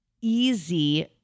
easy